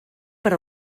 per